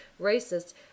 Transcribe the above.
racist